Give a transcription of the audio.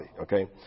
okay